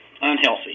unhealthy